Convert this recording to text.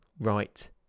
right